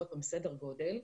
סדר גודל,